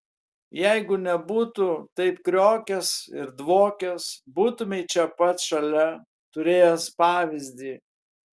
jeigu nebūtų taip kriokęs ir dvokęs būtumei čia pat šalia turėjęs pavyzdį